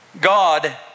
God